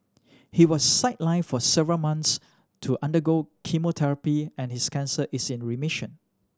he was sidelined for several months to undergo chemotherapy and his cancer is in remission